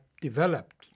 developed